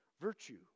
Virtue